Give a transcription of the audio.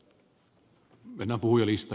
herra puhemies